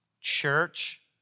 Church